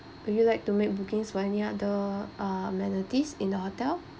would you like to make bookings for any other uh amenities in the hotel